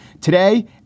Today